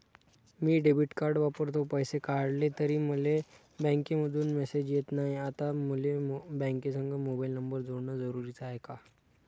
मी debit card वापरतो, पैसे काढले तरी मले बँकेमंधून मेसेज येत नाय, आता मले बँकेसंग मोबाईल नंबर जोडन जरुरीच हाय का?